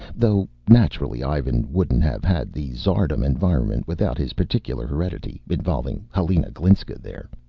though naturally ivan wouldn't have had the tsardom environment without his particular heredity, involving helena glinska there!